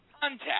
contact